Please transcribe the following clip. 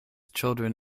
children